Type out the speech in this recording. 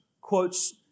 quotes